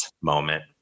moment